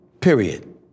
Period